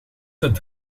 het